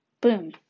Boom